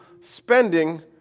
spending